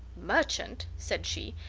merchant! said she,